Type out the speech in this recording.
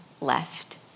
left